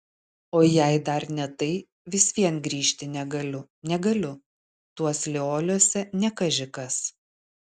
o jei dar ne tai vis vien grįžti negaliu negaliu tuos lioliuose ne kaži kas